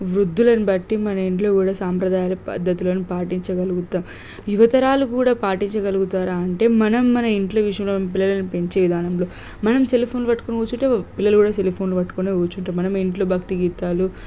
వృద్ధులను బట్టి మన ఇంట్లో కూడా సాంప్రదాయాలను పద్దతులను పాటించగలుగుతాం యువతరాలు కూడా పాటించగలుగుతారా అంటే మనం మన ఇంట్లో విషయంలో పిల్లలను పెంచే విధానంలో మనం సెల్ఫోన్ పట్టుకొని కూర్చుంటే పిల్లలు కూడా సెల్ఫోన్ పట్టుకొని కూర్చుంటారు మనం ఇంట్లో భక్తి గీతాలు